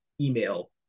email